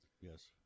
yes